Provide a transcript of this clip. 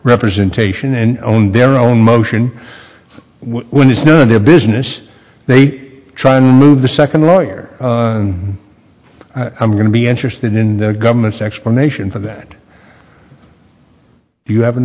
representation and own their own motion when it's none of their business they try and move the second lawyer i'm going to be interested in the government's explanation for that if you have an